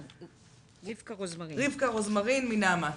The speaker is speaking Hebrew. לרבקה רוזמרין מארגון נעמת.